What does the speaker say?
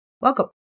Welcome